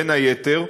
בין היתר,